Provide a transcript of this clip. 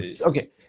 Okay